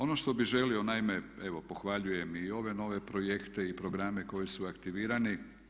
Ono što bih želio naime, evo pohvaljujem i ove nove projekte i programe koji su aktivirani.